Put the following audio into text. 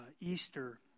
Easter